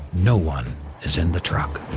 no one is in the truck.